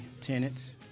tenants